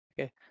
Okay